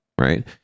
right